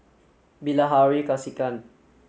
Bilahari Kausikan